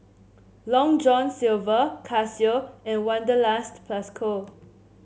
Long John Silver Casio and Wanderlust Plus Co